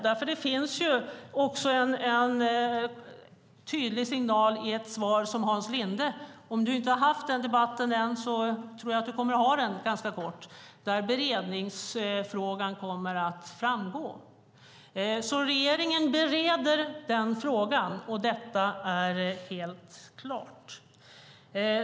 Det finns ju också en tydlig signal i ett svar som Hans Linde har fått. Om du inte har haft den debatten än tror jag att du inom ganska kort kommer att ha den. Där kommer beredningsfrågan att framgå. Regeringen bereder frågan. Det står helt klart.